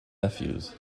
nephews